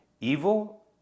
evil